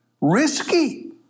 risky